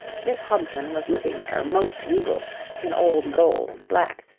miss hobson was looking her most regal in old gold and black,